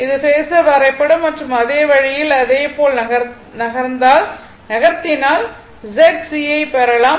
இது பேஸர் வரைபடம் மற்றும் அதே வழியில் அதேபோல் நகர்ந்தால் நகர்த்தினால் r Z C யை பார்க்கலாம்